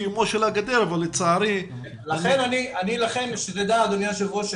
קיומה של גדר אבל לצערי --- שתדע אדוני היו"ר,